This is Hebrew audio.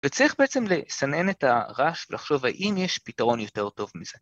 וצריך בעצם לסנן את הרעש ולחשוב האם יש פתרון יותר טוב מזה.